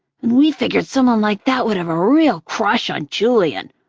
and we figured someone like that would have a real crush on julian,